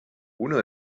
uno